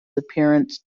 appearance